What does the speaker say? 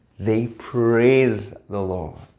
they praise the lord,